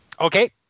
Okay